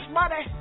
money